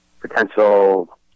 potential